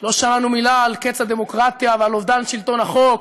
לא שמענו מילה על קץ הדמוקרטיה ועל אובדן שלטון החוק,